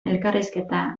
elkarrizketa